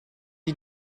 die